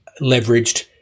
leveraged